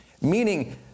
meaning